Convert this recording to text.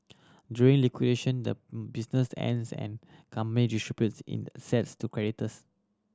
during liquidation the business ends and company distributes in assets to creditors